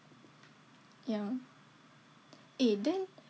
yeah eh